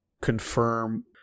confirm